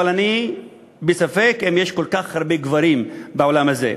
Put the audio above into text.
אבל אני בספק אם יש כל כך הרבה גברים בעולם הזה.